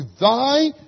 thy